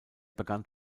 begann